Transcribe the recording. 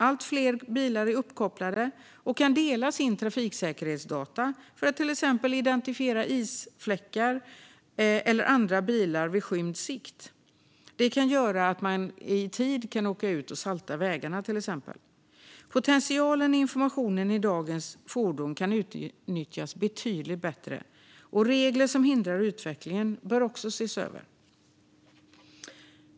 Allt fler bilar är uppkopplade och kan dela sina trafiksäkerhetsdata för att till exempel identifiera isfläckar eller andra bilar vid skymd sikt. Det kan till exempel göra att man i tid kan åka ut och salta vägarna. Potentialen i informationen i dagens fordon kan utnyttjas betydligt bättre, och regler som hindrar utvecklingen bör ses över.